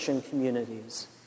communities